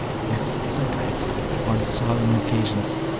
yes, sometimes on solemn occasions.